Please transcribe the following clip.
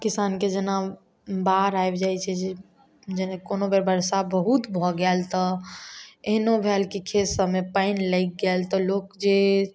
किसानके जेना बाढ़ि आबि जाइ छै जेना कोनो बेर बरसा बहुत भऽ गेल तऽ एहनो भेल कि खेतसबमे पानि लागि गेल तऽ लोक जे